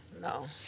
No